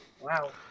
Wow